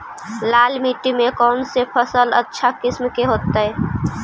लाल मिट्टी में कौन से फसल अच्छा किस्म के होतै?